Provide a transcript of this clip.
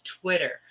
Twitter